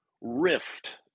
rift